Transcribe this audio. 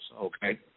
okay